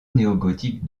néogothique